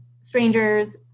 strangers